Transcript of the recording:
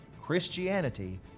Christianity